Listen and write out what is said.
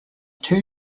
two